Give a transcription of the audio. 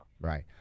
Right